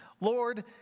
Lord